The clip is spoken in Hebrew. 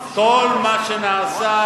כל מה שנעשה,